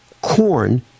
corn